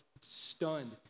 stunned